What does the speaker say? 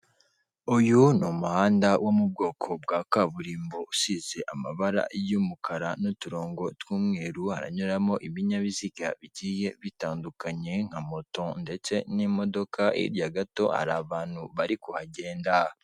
Uyu ni umuhanda wo mu bwoko bwa kaburimbo usize amabara y'umukara n'uturongo tw'umweru, haranyuramo ibinyabiziga bigiye bitandukanye nka moto ndetse n'imodoka, hirya gato hari abantu bari kuhagenda.